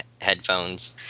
headphones